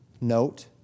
note